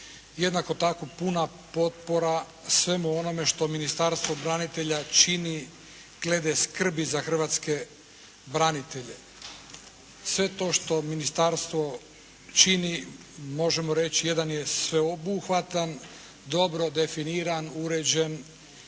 Jednako tako puna potpora svemu onome što Ministarstvo branitelja čini glede skrbi za hrvatske branitelje. Sve to što ministarstvo čini možemo reći jedan je sveobuhvatan dobro definiran, uređen